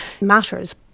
matters